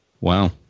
Wow